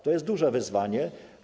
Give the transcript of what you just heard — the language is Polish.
To jest duże wyzwanie.